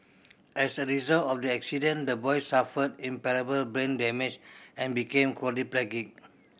as a result of the accident the boy suffered brain damage and became quadriplegic